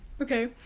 Okay